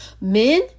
men